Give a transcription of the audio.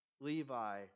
Levi